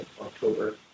October